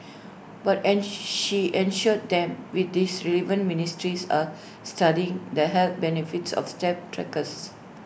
but and she assured them with this relevant ministries are studying the health benefits of step trackers